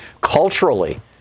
culturally